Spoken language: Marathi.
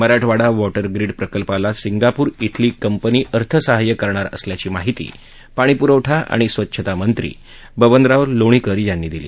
मराठवाडा वॉटर ग्रीड प्रकल्पाला सिंगापूर इथली कंपनी अर्थसाहाय्य करणार असल्याची माहिती पाणी प्रवठा आणि स्वच्छता मंत्री बबनराव लोणीकर यांनी दिली